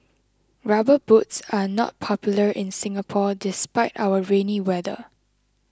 rubber boots are not popular in Singapore despite our rainy weather